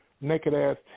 naked-ass